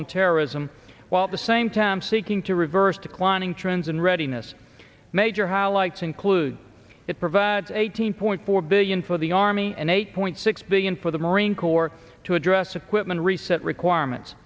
on terrorism while the same time seeking to reverse declining trends and readiness major highlights include it provides eighteen point four billion for the army and eight point six billion for the marine corps to address equipment reset requirements